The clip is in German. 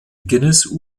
guinness